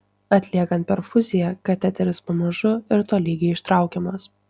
atliekant perfuziją kateteris pamažu ir tolygiai ištraukiamas